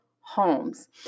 homes